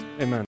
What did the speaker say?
Amen